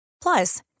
Plus